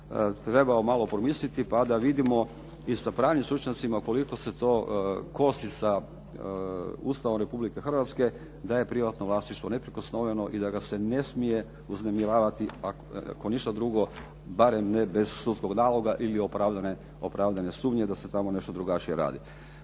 trebao malo promisliti, pa da vidimo i sa pravim stručnjacima koliko se to kosi sa Ustavom Republike Hrvatske da je privatno vlasništvo neprikosnoveno i da ga se ne smije uznemirivati ako ništa drugo barem ne bez sudskog naloga ili opravdane sumnje da se tamo nešto drugačije radi.